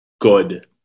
good